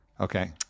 Okay